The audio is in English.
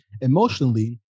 emotionally